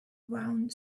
round